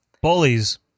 Bullies